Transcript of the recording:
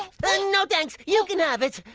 um no thanks! you can have it!